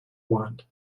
want